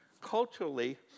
culturally